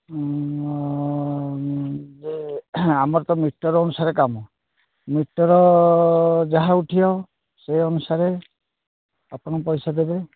ଯେ ଆମର ତ ମିଟର୍ ଅନୁସାରେ କାମ ମିଟର୍ ଯାହା ଉଠିବ ସେହି ଅନୁସାରେ ଆପଣ ପଇସା ଦେବେ